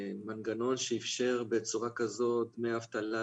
מנגנון שאפשר בצורה כזאת דמי אבטלה